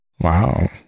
Wow